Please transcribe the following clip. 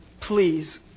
please